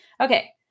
Okay